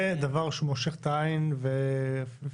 זה דבר שמושך את העין ודוקר,